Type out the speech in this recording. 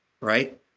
right